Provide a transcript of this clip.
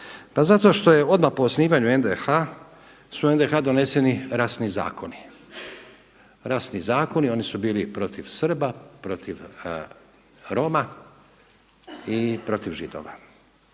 Pa zato što je odmah po osnivanju HDH su u NDH doneseni rasni zakoni. Rasni zakoni oni bili protiv Srba, protiv Roma i protiv Židova.